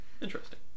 Interesting